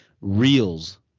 Reels